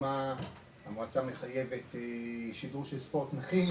דוגמא המועצה מחייבת שידור של ספורט נכים,